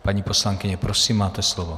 Paní poslankyně, prosím, máte slovo.